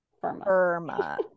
firma